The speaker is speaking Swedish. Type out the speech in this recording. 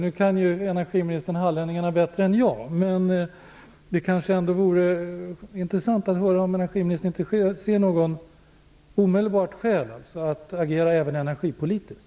Nu kan energiministern hallänningarna bättre än jag, men det kanske ändå vore intressant att höra om energiministern ser något omedelbart skäl att agera även energipolitiskt.